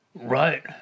Right